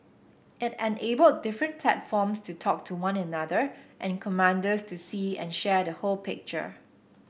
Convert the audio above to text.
it enabled different platforms to talk to one another and commanders to see and share the whole picture